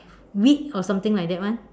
wheat or something like that [one]